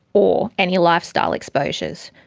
or any lifestyle exposures.